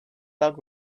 bug